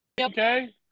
Okay